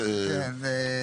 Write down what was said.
כן.